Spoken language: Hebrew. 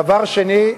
דבר שני,